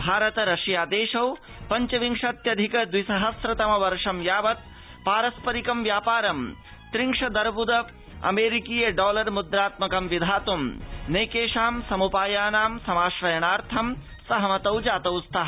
Bharata Russia देशौ पञ्च विंशत्यधिक द्विसहस्रतम वर्ष यावत पारस्परिकं व्यापारं त्रिंशदर्वृद अमेरिकीय डॉलर मुद्रात्मकं विधातूं नैकेषां समूपायानाम् समाश्रणार्थं सहमतौ जातौ स्तः